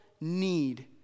need